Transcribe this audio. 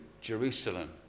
Jerusalem